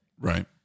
Right